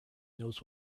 knows